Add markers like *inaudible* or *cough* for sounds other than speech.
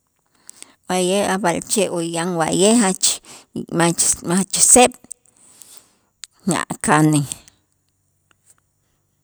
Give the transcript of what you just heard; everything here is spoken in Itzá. Wa'ye' a' b'a'alche o yan wa'ye' jach *noise* mach mach seeb' a' kanej.